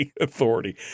authority